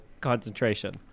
concentration